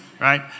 right